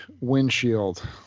windshield